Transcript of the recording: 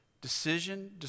Decision